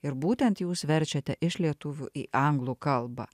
ir būtent jūs verčiate iš lietuvių į anglų kalbą